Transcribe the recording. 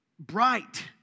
Bright